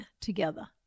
together